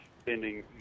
spending